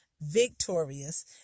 victorious